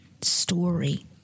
story